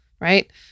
right